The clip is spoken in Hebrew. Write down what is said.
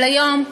אבל היום,